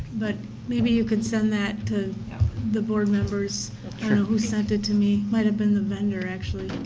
but maybe you can send that to the board members who sent it to me, might have been the vendor actually.